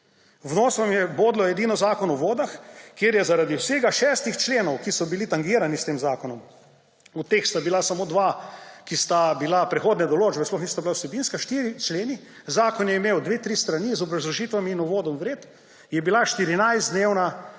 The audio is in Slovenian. V nos vam je bodlo edino Zakon o vodah, kjer je zaradi vsega šestih členov, ki so bili tangirani s tem zakonom, od teh sta bila samo dva, ki sta bila prehodne določbe, sploh nista bila vsebinska – štirje členi. Zakon je imel 2, 3 strani, z obrazložitvam in uvodom vred, je bila